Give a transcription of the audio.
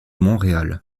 montréal